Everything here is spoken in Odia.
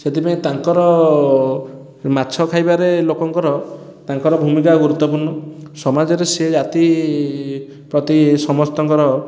ସେଥିପାଇଁ ତାଙ୍କର ମାଛ ଖାଇବାରେ ଲୋକଙ୍କର ତାଙ୍କ ଭୂମିକା ଗୁରୁତ୍ୱପୂର୍ଣ୍ଣ ସମାଜରେ ସେ ଜାତି ପ୍ରତି ସମସ୍ତଙ୍କର